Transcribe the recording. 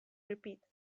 repeated